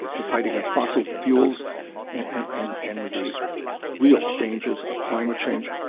the fight against fossil fuels and and and the real dangers of climate change.